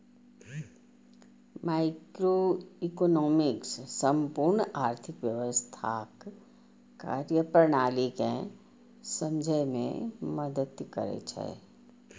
microeconomics संपूर्ण आर्थिक व्यवस्थाक कार्यप्रणाली कें समझै मे मदति करै छै